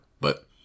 but-